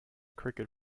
cricket